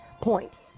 point